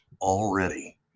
already